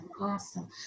awesome